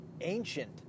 ancient